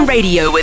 Radio